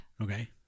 Okay